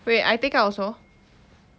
wait I take out also